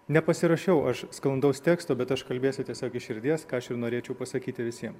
nepasirašiau aš sklandaus teksto bet aš kalbėsiu tiesiog iš širdies ką aš ir norėčiau pasakyti visiem